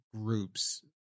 groups